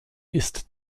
ist